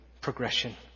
progression